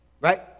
right